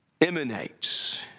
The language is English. emanates